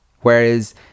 Whereas